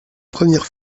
première